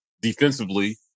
defensively